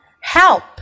Help